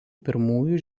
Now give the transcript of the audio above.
pirmųjų